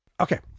Okay